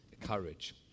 courage